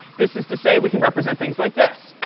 this is to say we can represent things like this.